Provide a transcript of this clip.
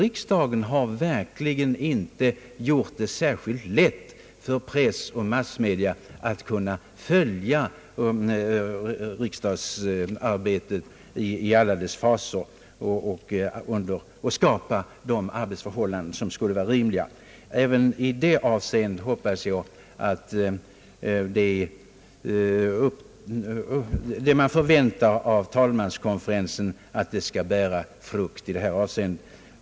Riksdagen har verkligen inte särskilt underlättat för massmedia att ingående följa riksdagsarbetet och att skapa rimliga arbetsförhållanden. Även i det avseendet hoppas jag att talmanskonferensens arbete skall bära frukt.